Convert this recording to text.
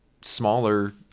smaller